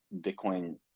bitcoin